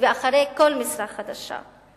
ואחרי כל משרה חדשה.